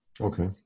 Okay